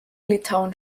litauen